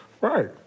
Right